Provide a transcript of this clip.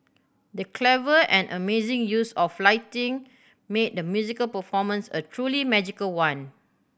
the clever and amazing use of lighting made the musical performance a truly magical one